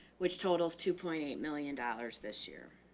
which totals two point eight million dollars this year.